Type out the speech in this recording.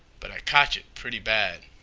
but i cotch it pretty bad.